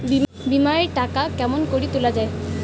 বিমা এর টাকা কেমন করি তুলা য়ায়?